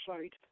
site